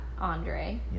andre